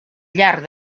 llarg